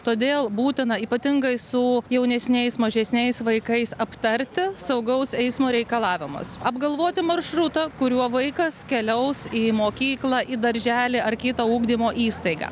todėl būtina ypatingai su jaunesniais mažesniais vaikais aptarti saugaus eismo reikalavimus apgalvoti maršrutą kuriuo vaikas keliaus į mokyklą į darželį ar kitą ugdymo įstaigą